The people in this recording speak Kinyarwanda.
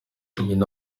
nyina